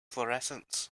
fluorescence